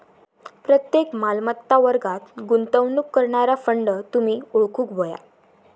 प्रत्येक मालमत्ता वर्गात गुंतवणूक करणारा फंड तुम्ही ओळखूक व्हया